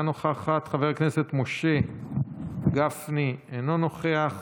חבר הכנסת משה גפני, אינו נוכח,